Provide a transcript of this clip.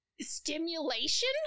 stimulation